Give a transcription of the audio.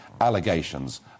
allegations